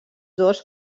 dos